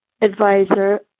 advisor